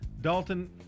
Dalton